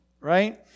right